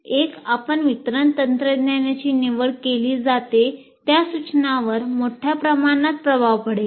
एक आपण वितरण तंत्रज्ञानाची निवड केली जाते त्या सूचनांवर मोठ्या प्रमाणात प्रभाव पडेल